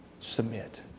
Submit